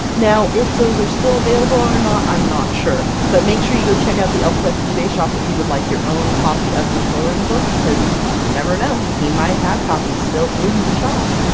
now if those are still available or not, i'm not sure. but make sure you go check out the elfquest ebay shop if you would like your own copy of the coloring book, because you never know he might have copies still in the shop!